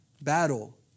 battle